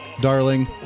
darling